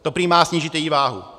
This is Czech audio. To prý má snížit její váhu.